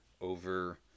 over